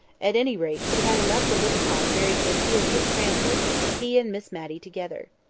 at any rate, he had enough to live upon very genteelly at cranford he and miss matty together.